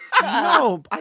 No